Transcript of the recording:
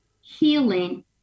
Healing